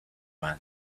man